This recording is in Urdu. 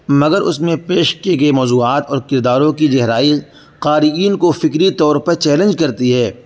مگر اس میں پیش کیے گئے موضوعات اور کرداروں کی گہرائی قارئین کو فکری طور پر چیلنج کرتی ہے